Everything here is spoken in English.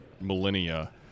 millennia